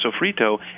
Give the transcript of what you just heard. sofrito